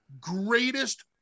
greatest